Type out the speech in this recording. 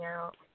out